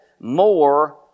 more